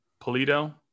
Polito